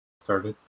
Started